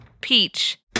Peach